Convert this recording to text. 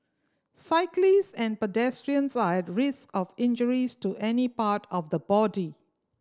cyclist and pedestrians are at risk of injuries to any part of the body